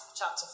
chapter